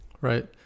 Right